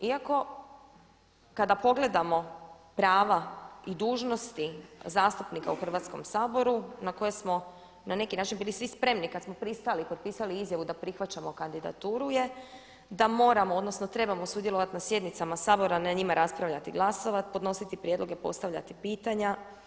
Iako kada pogledamo prava i dužnosti zastupnika u Hrvatskom saboru, na koje smo na neki način bili svi spremni kada smo pristali, potpisali izjavu da prihvaćamo kandidaturu je da moramo, odnosno trebamo sudjelovati na sjednicama Sabora, na njima raspravljati i glasovati, podnositi prijedloge, postavljati pitanja.